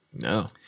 No